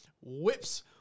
whips